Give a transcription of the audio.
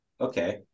okay